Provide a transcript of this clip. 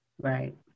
Right